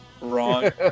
Wrong